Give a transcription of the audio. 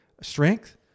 strength